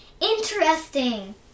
Interesting